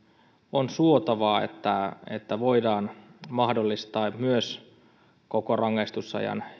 on suotavaa että että voidaan mahdollistaa myös koko rangaistusajan